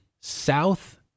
South